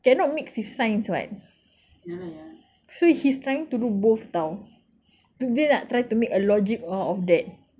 cannot mix with science [what] so he's trying to do both [tau] to be like nak try to make a logic of that